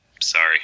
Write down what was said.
Sorry